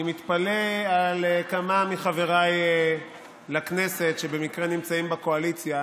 אני מתפלא על כמה מחבריי לכנסת שבמקרה נמצאים בקואליציה.